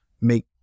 make